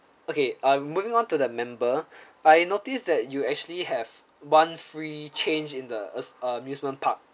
okay um moving on to the member I noticed that you actually have one free change in the amusement park